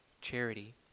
charity